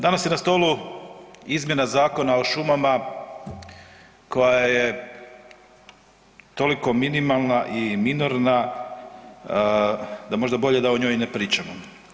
Danas je na stolu izmjena Zakona o šumama koja je toliko minimalna i minorna da možda bolje da o njoj i ne pričamo.